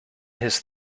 his